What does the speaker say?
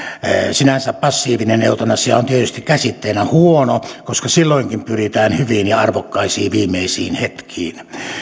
sinänsä passiivinen eutanasia on tietysti käsitteenä huono koska silloinkin pyritään hyviin ja arvokkaisiin viimeisiin hetkiin hyvään